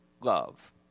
love